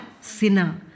sinner